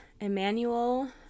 Emmanuel